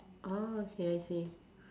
oh okay I see